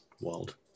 world